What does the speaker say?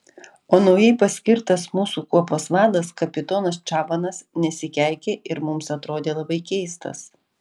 o naujai paskirtas mūsų kuopos vadas kapitonas čabanas nesikeikė ir mums atrodė labai keistas